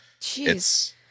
Jeez